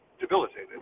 debilitated